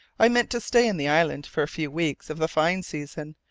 i meant to stay in the island for a few weeks of the fine season,